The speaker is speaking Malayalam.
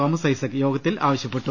തോമസ് ഐസക് യോഗത്തിൽ ആവശ്യപ്പെട്ടു